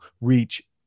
reach